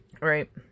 right